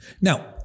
Now